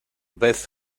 beth